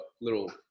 little